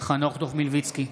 חנוך דב מלביצקי,